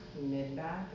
mid-back